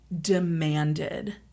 demanded